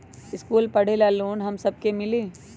इश्कुल मे पढे ले लोन हम सब के मिली?